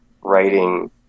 writing